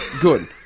Good